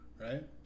right